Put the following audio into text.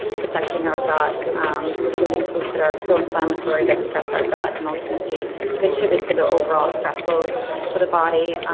protecting our guts um excluding foods that are pro inflammatory that stress our gut and ultimately contribute to the overall stress load for the body